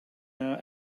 our